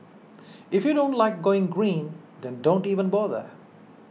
if you don't like going green then don't even bother